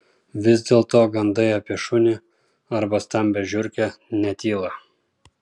vis dėlto gandai apie šunį arba stambią žiurkę netyla